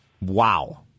Wow